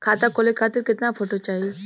खाता खोले खातिर केतना फोटो चाहीं?